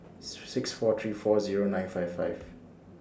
six four three four Zero nine five five